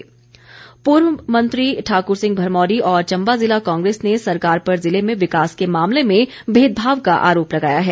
भरमौरी पूर्वमंत्री ठाकुर सिंह भरमौरी और चम्बा जिला कांग्रेस ने सरकार पर जिले में विकास के मामले में भेदभाव का आरोप लगाया है